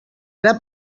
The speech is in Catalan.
ara